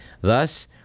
Thus